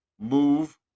move